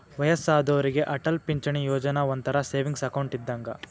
ವಯ್ಯಸ್ಸಾದೋರಿಗೆ ಅಟಲ್ ಪಿಂಚಣಿ ಯೋಜನಾ ಒಂಥರಾ ಸೇವಿಂಗ್ಸ್ ಅಕೌಂಟ್ ಇದ್ದಂಗ